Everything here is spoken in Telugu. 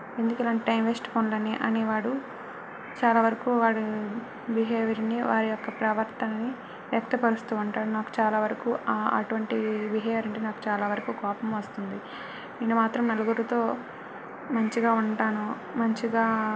ఎందుకు ఇలాంటి టైమ్ వేస్ట్ పనులు అని వాడు చాలా వరకు వాడు బిహేవింగ్ వారి యొక్క ప్రవర్తనని వ్యక్తపరుస్తు ఉంటాడు నాకు చాలావరకు ఆ అటువంటివి బిహేవియర్ అంటే నాకు చాలావరకు కోపం వస్తుంది నేను మాత్రం నలుగురితో మంచిగా ఉంటాను మంచిగా